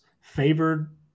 favored